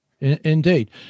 Indeed